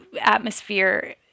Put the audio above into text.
atmosphere